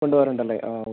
കൊണ്ട് വരേണ്ട അല്ലേ ആ ഓ